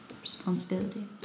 responsibility